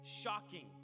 shocking